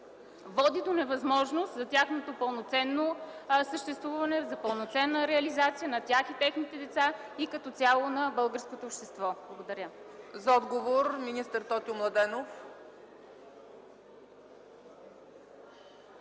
води до невъзможност за тяхното пълноценно съществуване, за пълноценна реализация на тях и техните деца и като цяло на българското общество. Благодаря. ПРЕДСЕДАТЕЛ ЦЕЦКА ЦАЧЕВА: За отговор – министър Тотю Младенов.